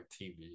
TV